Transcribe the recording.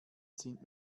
sind